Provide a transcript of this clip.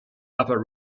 upper